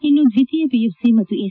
ಇನ್ನು ದ್ವಿತೀಯ ಪಿಯುಸಿ ಹಾಗೂ ಎಸ್